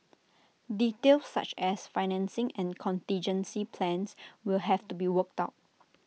details such as financing and contingency plans will have to be worked out